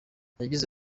yagize